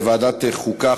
לוועדת החוקה,